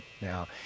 Now